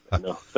no